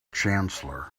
chancellor